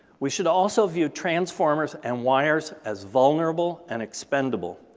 we should also view transformers and wires as vulnerable and expendable,